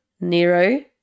Nero